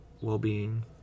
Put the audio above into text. well-being